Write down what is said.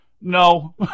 No